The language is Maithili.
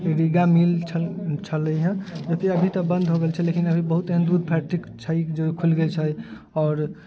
रीगा मिल छलै हँ जेकि अभी तऽ बन्द हो गेल छै लेकिन अभी बहुत एहन दूध फ़ैक्ट्रिक छै जो खुलि गेल छै आओर